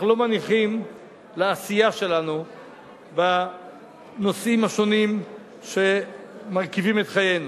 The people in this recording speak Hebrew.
אנחנו לא מניחים לעשייה שלנו בנושאים השונים שמרכיבים את חיינו,